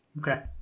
Okay